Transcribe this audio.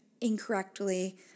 incorrectly